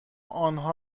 آنها